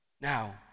Now